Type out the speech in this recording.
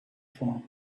form